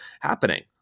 happening